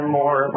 more